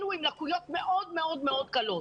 אלו עם לקויות מאוד מאוד קלות.